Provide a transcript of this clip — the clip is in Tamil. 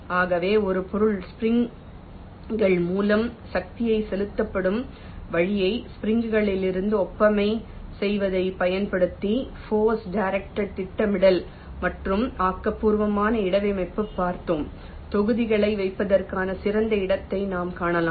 ஆகவே ஒரு பொருள் ஸ்ப்ரிங் கள் மூலம் சக்திகள் செலுத்தப்படும் வழியை ஸ்ப்ரிங் களிலிருந்து ஒப்புமை செய்வதைப் பயன்படுத்தி போர்ஸ் டிரெசிடெட் திட்டமிடல் மற்றும் ஆக்கபூர்வமான இடவமைப்யை பார்த்தோம் தொகுதிகளை வைப்பதற்கான சிறந்த இடத்தையும் நாம் காணலாம்